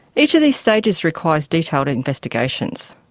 each of these stages requires detailed investigations.